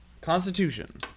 Constitution